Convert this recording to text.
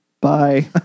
bye